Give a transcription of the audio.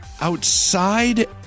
outside